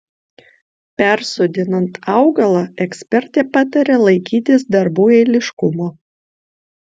persodinant augalą ekspertė pataria laikytis darbų eiliškumo